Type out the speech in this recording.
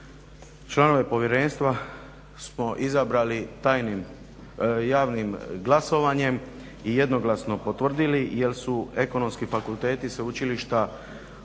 Članove povjerenstva smo izabrali tajnim, javnim glasovanjem i jednoglasno potvrdili jer su Ekonomski fakulteti sveučilišta